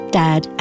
dad